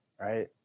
right